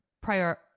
prior